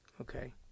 Okay